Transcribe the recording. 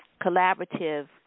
collaborative